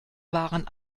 waren